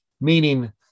meaning